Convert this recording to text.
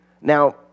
Now